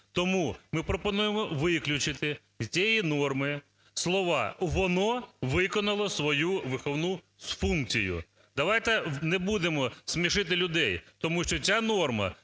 Тому ми пропонуємо виключити з цієї норми слова: "воно виконало свою виховну функцію". Давайте не будемо смішити людей, тому що ця норма,